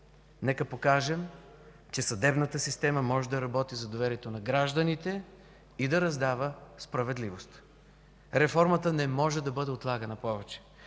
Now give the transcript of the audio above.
Нека покажем, че съдебната система може да работи за доверието на гражданите и да раздава справедливост. Реформата не може да бъде отлагана повече.